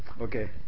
okay